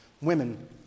women